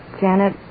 Janet